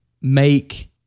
make